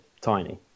tiny